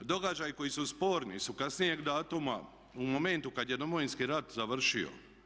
Događaji koji su sporni su kasnijeg datuma u momentu kad je Domovinski rat završio.